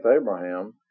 Abraham